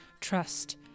trust